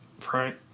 Frank